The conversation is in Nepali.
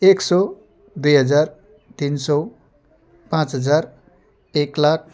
एक सौ दुई हजार तिन सौ पाँच हजार एक लाख